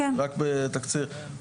רק בתקציר.